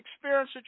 experience